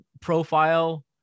profile